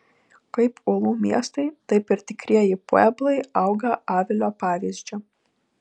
kaip uolų miestai taip ir tikrieji pueblai auga avilio pavyzdžiu